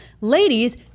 Ladies